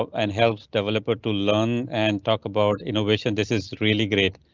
and helps developer to learn and talk about innovation. this is really great.